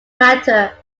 matter